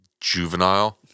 juvenile